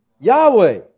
Yahweh